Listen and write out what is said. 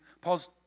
Paul's